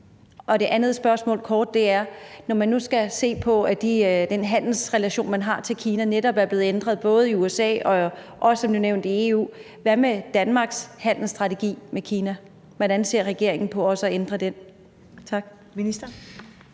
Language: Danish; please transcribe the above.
Når man nu skal se på, at de handelsrelationer, man har til Kina, netop er blevet ændret både i USA og som nævnt også i EU, hvad så med Danmarks handelsstrategi over for Kina? Hvordan ser regeringen på også at ændre den?